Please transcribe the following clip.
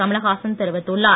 கமலஹாசன் தெரிவித்துள்ளார்